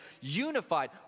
unified